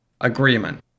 agreement